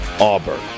Auburn